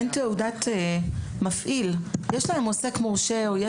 להם אין תעודת מפעיל אלא יש להם עוסק מורשה.